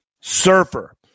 surfer